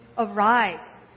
arise